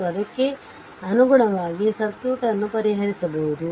ಮತ್ತು ಅದಕ್ಕೆ ಅನುಗುಣವಾಗಿ ಸರ್ಕ್ಯೂಟ್ ಅನ್ನು ಪರಿಹರಿಸಬಹುದು